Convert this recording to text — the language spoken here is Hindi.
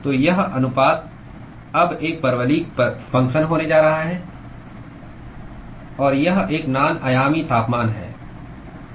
तो यह अनुपात अब एक परवलयिक फंगक्शन होने जा रहा है और यह एक नान आयामी तापमान है